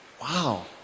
wow